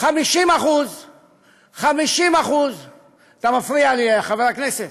50% אתה מפריע לי, חבר הכנסת,